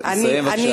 רק לסיים בבקשה,